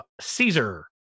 Caesar